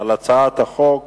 על הצעת החוק